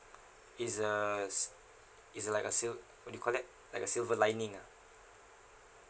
it's a s~ it's like sil~ what you call that like a silver lining ah